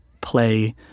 play